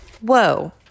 Whoa